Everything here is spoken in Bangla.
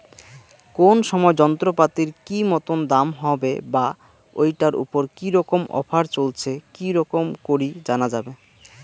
কোন সময় যন্ত্রপাতির কি মতন দাম হবে বা ঐটার উপর কি রকম অফার চলছে কি রকম করি জানা যাবে?